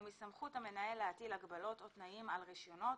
ומסמכות המנהל להטיל הגבלות או תנאים על רישיונות